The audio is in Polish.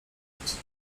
pomóc